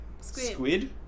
Squid